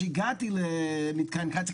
שהגעתי למתקן קצא"א,